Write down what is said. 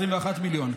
21 מיליון,